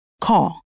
Call